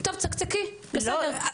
טוב, צקצקי, בסדר, זה שלך.